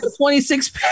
26